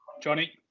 Johnny